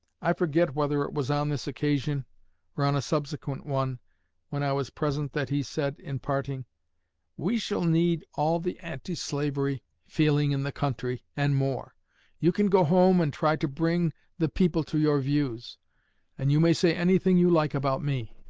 i forget whether it was on this occasion or on a subsequent one when i was present that he said, in parting we shall need all the anti-slavery feeling in the country, and more you can go home and try to bring the people to your views and you may say anything you like about me,